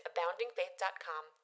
AboundingFaith.com